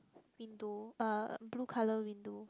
window uh blue color window